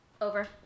over